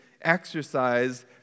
exercise